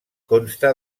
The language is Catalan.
consta